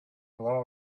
blow